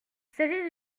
s’agit